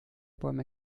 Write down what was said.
bäume